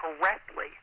correctly